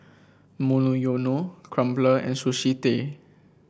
Monoyono Crumpler and Sushi Tei